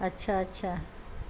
اچھا اچھا